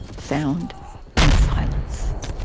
sound and silence.